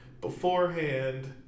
beforehand